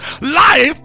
life